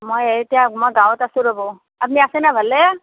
মই এতিয়া মই গাঁৱত আছোঁ ৰ'ব আপুনি আছেনে ভালে